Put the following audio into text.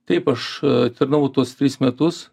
taip aš a tarnavau tuos tris metus